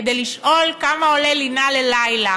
כדי לשאול: כמה עולה לינה ללילה?